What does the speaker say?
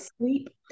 sleep